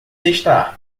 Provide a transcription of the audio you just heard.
está